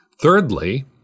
Thirdly